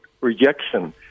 rejection